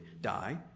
die